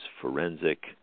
forensic